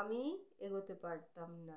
আমি এগোতে পারতাম না